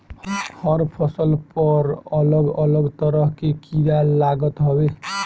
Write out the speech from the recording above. हर फसल पर अलग अलग तरह के कीड़ा लागत हवे